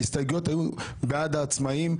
ההסתייגויות היו בעד העצמאים,